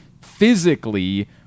physically